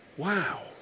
Wow